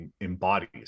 embodies